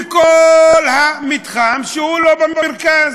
בכל המתחם שהוא לא במרכז,